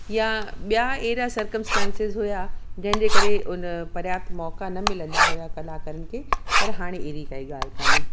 या ॿियां अहिड़ा सरकमस्टेंसिस हुआ जंहिंजे करे उन पर्याप्त मौक़ा न मिलंदा हुआ कलाकारनि खे पर हाणे अहिड़ी काई ॻाल्हि कोन्हे